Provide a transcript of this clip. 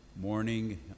morning